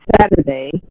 Saturday